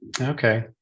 Okay